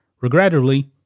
regrettably